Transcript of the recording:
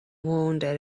wounded